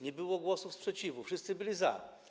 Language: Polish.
Nie było głosów sprzeciwu, wszyscy byli za.